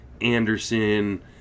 Anderson